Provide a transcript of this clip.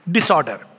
Disorder